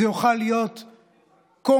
זה יוכל להיות common,